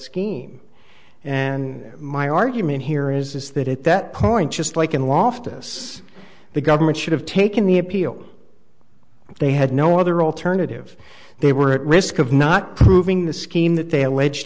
scheme and my argument here is that at that point just like in loftus the government should have taken the appeal they had no other alternative they were at risk of not proving the scheme that they alleged